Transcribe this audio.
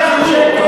30 מיליארד שקל,